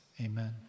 Amen